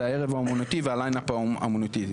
את הערב האומנותי ואת ה"ליינאפ" האומנותי.